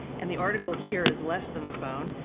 and the article here is less than the phone.